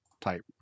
type